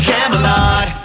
Camelot